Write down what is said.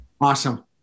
Awesome